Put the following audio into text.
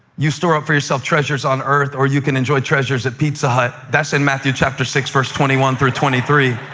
you store up for yourself treasures on earth or you can enjoy treasures at pizza hut? that's in matthew, chapter six, verses twenty one twenty three.